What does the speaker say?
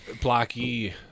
Blocky